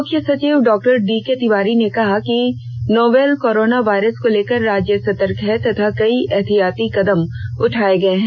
मुख्य सचिव डॉ डीके तिवारी ने कहा कि नोवेल कोरोना वायरस को लेकर राज्य सतर्क है तथा कई एहतियाती कदम उठाए गए हैं